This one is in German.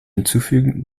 hinzufügen